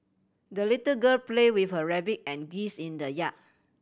the little girl play with her rabbit and geese in the yard